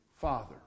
Father